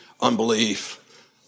Unbelief